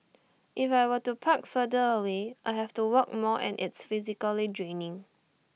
if I were to park further away I have to walk more and it's physically draining